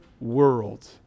world